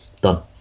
Done